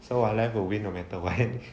so our left will win no matter what